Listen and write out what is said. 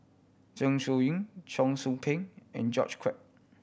Zeng Shouyin Cheong Soo Pieng and George Quek